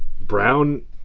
Brown